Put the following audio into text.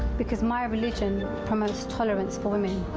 because my religion promotes tolerance for women,